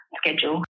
schedule